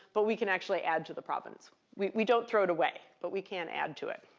but we can actually add to the provenance. we we don't throw it away, but we can add to it.